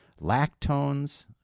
Lactones